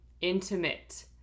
intimate